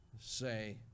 say